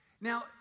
Now